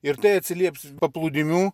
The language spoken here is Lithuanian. ir tai atsilieps paplūdimių